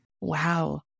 Wow